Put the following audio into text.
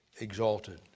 exalted